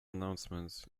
announcements